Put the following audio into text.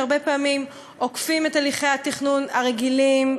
שהרבה פעמים עוקפים את הליכי התכנון הרגילים,